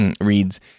reads